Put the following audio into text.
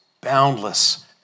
boundless